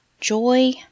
joy